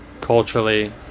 culturally